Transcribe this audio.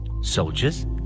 Soldiers